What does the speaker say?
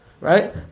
Right